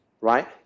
right